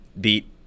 beat